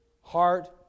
heart